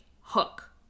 hook